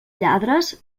lladres